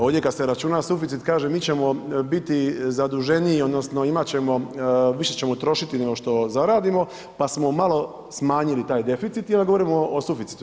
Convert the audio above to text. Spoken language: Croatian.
Ovdje kad se računa suficit kaže mi ćemo biti zaduženiji odnosno imat ćemo, više ćemo trošiti nego što zaradimo pa smo malo smanjili taj deficit i onda govorimo o suficitu.